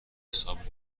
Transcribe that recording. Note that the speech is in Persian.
حساب